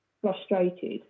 frustrated